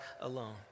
alone